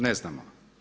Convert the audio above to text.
Ne znamo.